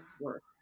work